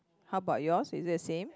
how about yours is it the same